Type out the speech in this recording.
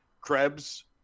Krebs